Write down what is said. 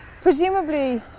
Presumably